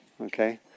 okay